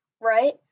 Right